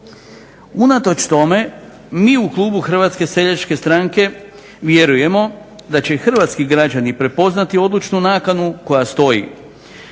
Unatoč tome mi u klubu HSS-a vjerujemo da će hrvatski građani prepoznati odlučnu naknadu koja stoji